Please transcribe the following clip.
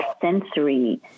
sensory